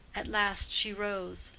at last she rose,